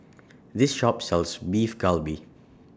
This Shop sells Beef Galbi